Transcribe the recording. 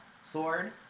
sword